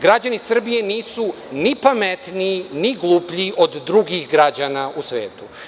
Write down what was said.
Građani Srbije nisu ni pametniji, ni gluplji od drugih građana u svetu.